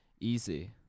easy